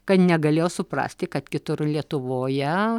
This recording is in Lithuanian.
kad negalėjo suprasti kad kitur lietuvoje